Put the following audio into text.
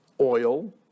oil